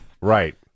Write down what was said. right